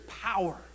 power